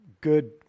good